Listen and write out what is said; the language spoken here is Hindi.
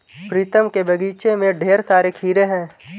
प्रीतम के बगीचे में ढेर सारे खीरे हैं